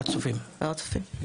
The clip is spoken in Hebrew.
הר-הצופים.